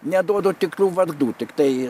neduodu tikrų vardų tiktai